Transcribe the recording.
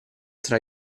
tra